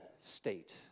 state